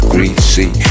Greasy